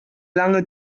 lange